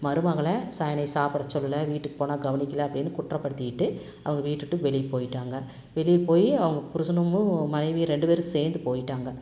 மருமகள் சா என்னை சாப்பிடச் சொல்லல வீட்டுக்குப் போனால் கவனிக்கல அப்படின்னு குற்றப்படுத்திவிட்டு அவங்க வீட்டை விட்டு வெளியே போய்விட்டாங்க வெளியே போய் அவங்க புருஷனுமும் மனைவியும் ரெண்டு பேரும் சேர்ந்து போய்விட்டாங்க